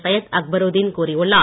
சையத் அக்பரூதீன் கூறியுள்ளார்